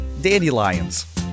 dandelions